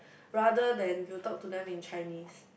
rather than you talk to them in Chinese